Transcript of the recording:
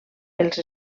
els